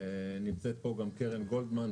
נמצאת פה גם קרן גולדמן,